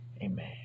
Amen